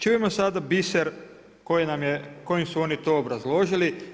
Čujemo sada biser koji su oni to obrazložili.